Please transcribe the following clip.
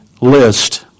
list